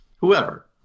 Whoever